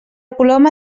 coloma